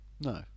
No